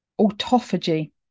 Autophagy